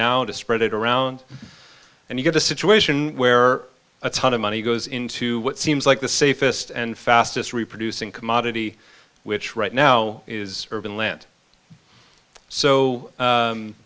now to spread it around and you get a situation where a ton of money goes into what seems like the safest and fastest reproducing commodity which right now is urban land so